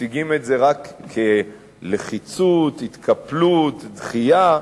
מציגים את זה רק כלחיצות, התקפלות, דחייה.